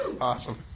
Awesome